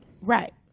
Right